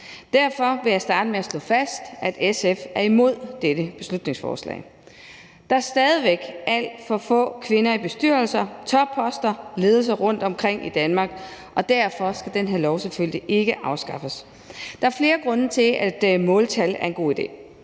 Derfor vil jeg starte med at slå fast, at SF er imod dette beslutningsforslag. Der er stadig væk alt for få kvinder i bestyrelser, på topposter og i ledelser rundtomkring i Danmark, og derfor skal den her lov selvfølgelig ikke afskaffes. Der er flere grunde til, at måltal er en god idé.